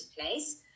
place